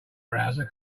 browser